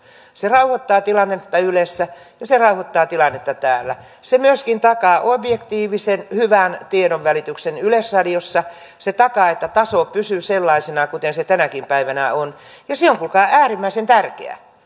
se rauhoittaa tilannetta ylessä ja se rauhoittaa tilannetta täällä se myöskin takaa objektiivisen hyvän tiedonvälityksen yleisradiossa se takaa että taso pysyy sellaisena kuin se tänäkin päivänä on ja se on kuulkaa äärimmäisen tärkeää